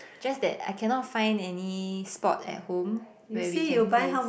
just that I cannot find any spot at home where we can place